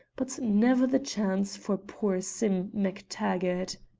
but never the chance for poor sim mactaggart!